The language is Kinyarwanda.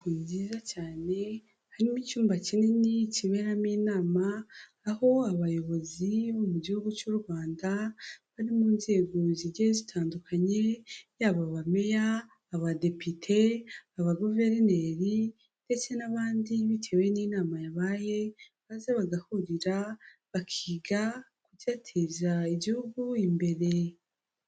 Ni byiza cyane harimo icyumba kinini kiberamo inama, aho abayobozi bo mu gihugu cy'u Rwanda, bari mu nzego zigiye zitandukanye yaba aba meya, abadepite, aba guverineri ndetse n'abandi bitewe n'inama yabaye, maze bagahurira bakiga kucyateza igihugu imbere.